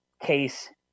case